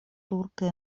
turka